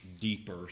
deeper